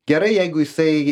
gerai jeigu jisai